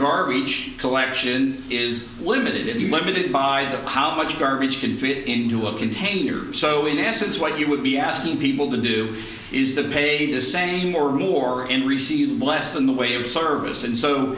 garbage collection is limited it is limited by how much garbage can fit into a container so in essence what you would be asking people to do is that pay the same or more and receive less in the way of service and so